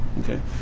Okay